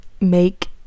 make